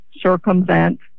circumvent